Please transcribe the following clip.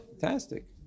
fantastic